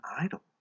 idol